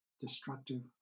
destructive